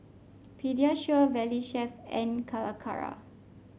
Pediasure Valley Chef and Calacara